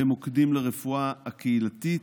במוקדים לרפואה הקהילתית.